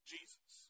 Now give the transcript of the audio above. Jesus